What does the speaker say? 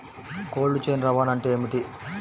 Cold chain రవాణా అంటే ఏమిటీ?